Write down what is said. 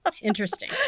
interesting